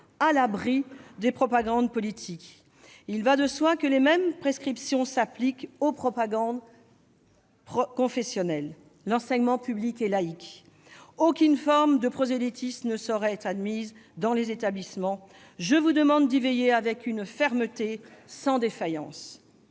à l'abri des propagandes politiques. Il va de soi que les mêmes prescriptions s'appliquent aux propagandes confessionnelles. L'enseignement public est laïque. Aucune forme de prosélytisme ne saurait être admise dans les établissements. Je vous demande d'y veiller avec une fermeté sans défaillance.